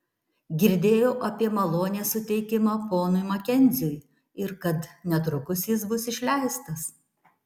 girdėjau apie malonės suteikimą ponui makenziui ir kad netrukus jis bus išleistas